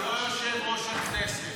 הוא לא יושב-ראש הכנסת.